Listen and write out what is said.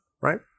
right